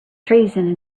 treason